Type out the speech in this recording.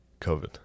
COVID